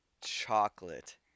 chocolate